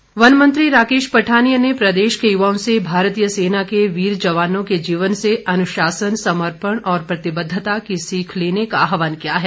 पठानिया वन मंत्री राकेश पठानिया ने प्रदेश के युवाओं से भारतीय सेना के वीर जवानों के जीवन से अनुशासन समर्पण और प्रतिबद्धता की सीख लेने का आहवान किया है